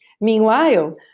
Meanwhile